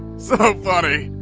so funny!